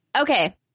Okay